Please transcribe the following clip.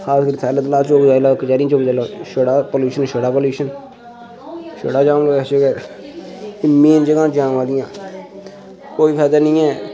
सैल्ला तलाऽ चौक जाई लैओ कचैह्रियां चौक जाई लैओ छड़ा पलूशन छड़ा पलूशन छड़ा जाम ते रश मेन जगह् न जाम आह्लियां कोई फायदा निं ऐ